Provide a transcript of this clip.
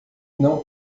não